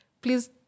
please